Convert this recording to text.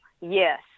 yes